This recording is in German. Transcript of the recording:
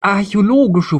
archäologische